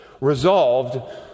resolved